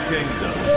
Kingdom